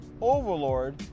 Overlord